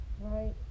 right